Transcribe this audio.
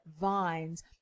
Vines